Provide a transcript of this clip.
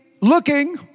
looking